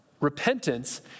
Repentance